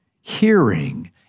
hearing